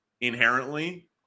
inherently